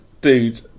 Dude